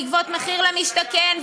בעקבות מחיר למשתכן,